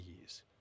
years